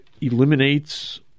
eliminates